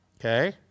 okay